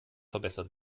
verbessert